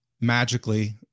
magically